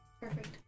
Perfect